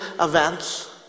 events